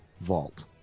vault